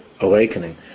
awakening